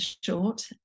short